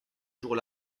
jour